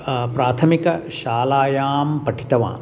प्राथमिकशालायां पठितवान्